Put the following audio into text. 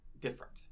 different